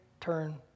turn